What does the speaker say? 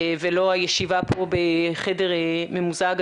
ולא הישיבה פה בחדר ממוזג.